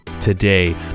today